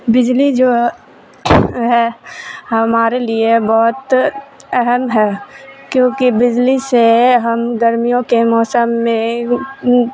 بجلی جو ہے ہمارے لیے بہت اہم ہے کیونکہ بجلی سے ہم گرمیوں کے موسم میں